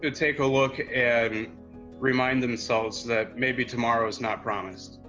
take a look and remind themselves that maybe tomorrow is not promised.